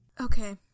Okay